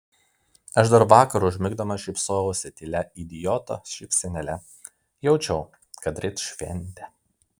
aš dar vakar užmigdamas šypsojausi tylia idioto šypsenėle jaučiau kad ryt šventė